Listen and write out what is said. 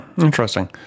Interesting